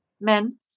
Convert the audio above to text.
men